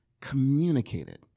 communicated